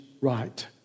right